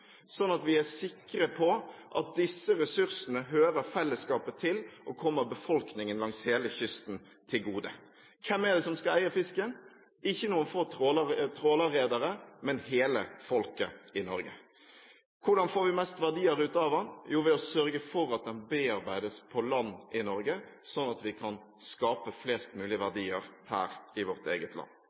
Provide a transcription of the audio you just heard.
at vi er sikre på at disse ressursene hører fellesskapet til og kommer befolkningen langs hele kysten til gode. Hvem skal eie fisken? Ikke noen få tråleredere, men hele folket i Norge. Hvordan får vi mest verdier ut av den? Jo, ved å sørge for at den bearbeides på land i Norge, slik at vi kan skape mest mulig verdier her i vårt eget land.